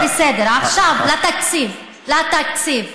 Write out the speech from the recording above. עכשיו לתקציב, לתקציב.